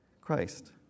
Christ